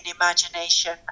imagination